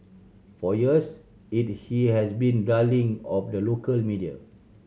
for years he'd he has been a darling of the local media